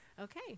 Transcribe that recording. Okay